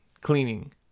cleaning